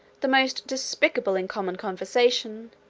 the most despicable in common conversation,